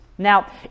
Now